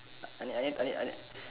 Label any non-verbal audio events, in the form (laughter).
(noise) I need I need I need